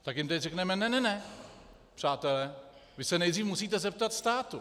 Tak jim teď řekneme: Ne, ne, ne, přátelé, vy se nejdřív musíte zeptat státu.